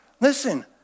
Listen